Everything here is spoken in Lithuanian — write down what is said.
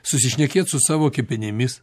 susišnekėt su savo kepenimis